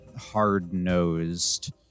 hard-nosed